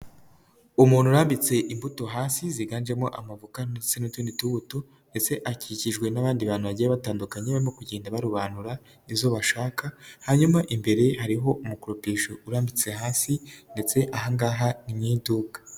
Umuntu arambitse imbuto hasi ziganjemo amavoka ndetse n'utundi tubuto ndetse akikijwe n'abandi bantu bagiye batandukanya barimo kugenda barobanura izo bashaka, hanyuma imbere hariho umukoropesho urambitse hasi ndetse aha ngaha ni mu iduka.